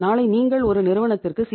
நாளை நீங்கள் ஒரு நிறுவனத்திற்கு சி